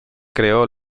creó